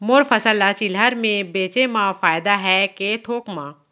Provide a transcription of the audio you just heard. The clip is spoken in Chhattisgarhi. मोर फसल ल चिल्हर में बेचे म फायदा है के थोक म?